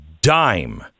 dime